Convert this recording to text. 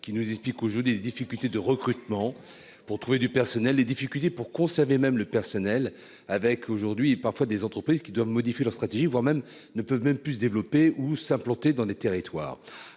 qui nous explique au jeu des difficultés de recrutement pour trouver du personnel, des difficultés pour conserver, même le personnel avec aujourd'hui parfois des entreprises qui doivent modifier leur stratégie voire même ne peuvent même plus développer ou s'implanter dans les territoires,